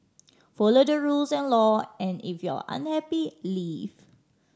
follow the rules and law and if you're unhappy leave